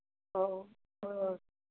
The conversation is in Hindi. और